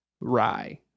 rye